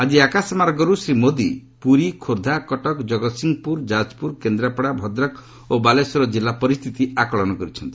ଆଜି ଆକାଶମାର୍ଗରୁ ଶ୍ରୀ ମୋଦି ପୁରୀ ଖୋର୍ଦ୍ଧା କଟକ ଜଗତ୍ସିଂହପୁର ଯାଜପୁର କେନ୍ଦ୍ରାପଡ଼ା ଭଦ୍ରକ ଓ ବାଲେଶ୍ୱର ଜିଲ୍ଲା ପରିସ୍ଥିତି ଆକଳନ କରିଛନ୍ତି